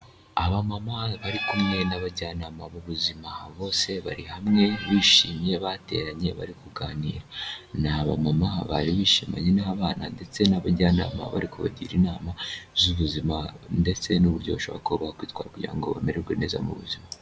Abamama bari kumwe n'abajyanama b'ubuzima bose bari hamwe bishimye, bateranye bari kuganira. Ni abamama bari bishimanye n'abana ndetse n'abajyanama bari kubagira inama z'ubuzima ndetse n'uburyo bashobora kuba bakitwara kugirango bamererwe neza mu buzima.